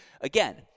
again